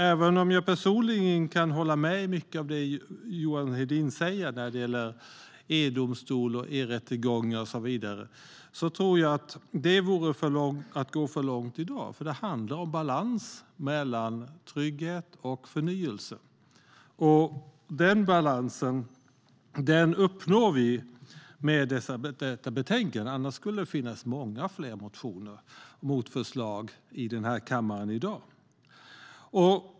Även om jag personligen kan hålla med om mycket av det som Johan Hedin säger när det gäller e-domstol, e-rättegångar och så vidare tror jag att det vore att gå för långt i dag, eftersom det handlar om en balans mellan trygghet och förnyelse. Denna balans uppnår vi med detta betänkande, annars skulle det finnas många fler motioner och motförslag i denna kammare i dag.